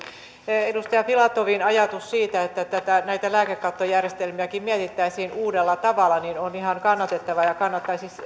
edustaja filatovin ajatus siitä että näitä lääkekattojärjestelmiäkin mietittäisiin uudella tavalla on ihan kannatettava ja kannattaisi